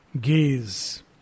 gaze